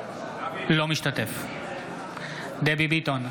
אינו משתתף בהצבעה דבי ביטון,